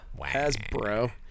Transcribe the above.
Hasbro